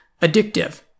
addictive